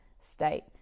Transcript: state